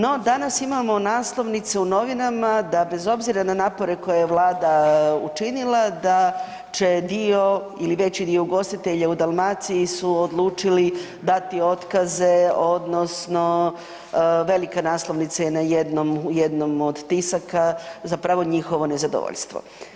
No, danas imamo naslovnice u novinama da bez obzira na napore koje Vlade učinila da će dio ili veći dio ugostitelja u Dalmaciji su odlučili dati otkaze odnosno velika naslovnica je u jednom od tisaka zapravo njihovo nezadovoljstvo.